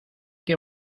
que